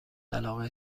علاقه